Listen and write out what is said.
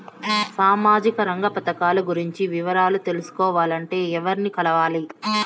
సామాజిక రంగ పథకాలు గురించి వివరాలు తెలుసుకోవాలంటే ఎవర్ని కలవాలి?